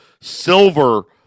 Silver